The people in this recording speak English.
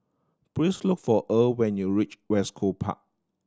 please look for Earl when you reach West Coast Park